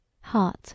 Heart